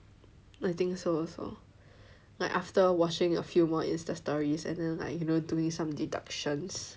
ya I think so also like after watching a few more Insta stories and then like you know doing some deductions